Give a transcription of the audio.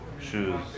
shoes